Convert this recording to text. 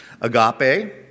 Agape